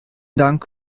dank